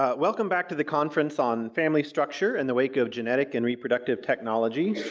ah welcome back to the conference on family structure in the wake of genetic and reproductive technologies.